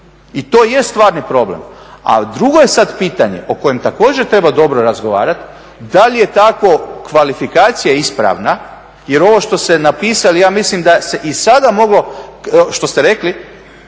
I to je stvarni problem, a drugo je sad pitanje o kojem također treba dobro razgovarati, da li je tako kvalifikacija ispravna jer ovo što ste napisali, ja mislim da se i sada moglo, što ste rekli,